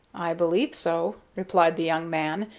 i believe so, replied the young man,